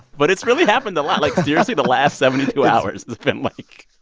but it's really happened a lot. like seriously, the last seventy two hours, it's been like,